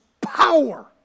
power